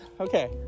Okay